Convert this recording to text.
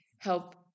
help